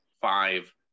five